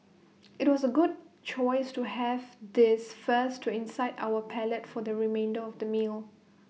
IT was A good choice to have this first to incite our palate for the remainder of the meal